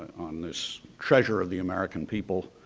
on this treasure of the american people.